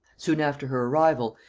soon after her arrival,